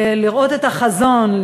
לראות את החזון,